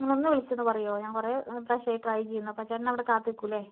നിങ്ങൾ ഒന്നു വിളിച്ചൊന്ന് പറയുമോ ഞാൻ കുറെ പ്രാവശ്യമായി ട്രൈ ചെയ്യുന്നു അപ്പോൾ ചേട്ടൻ അവിടെ കാത്തു നിൽക്കില്ലേ